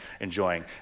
enjoying